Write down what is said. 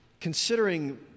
considering